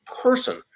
person